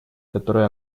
который